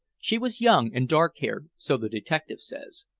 she was young and dark-haired, so the detective says.